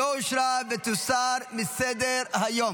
לא אושרה, ותוסר מסדר-היום.